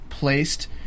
Placed